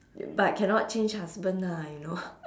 but cannot change husband ah you know